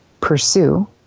pursue